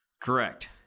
Correct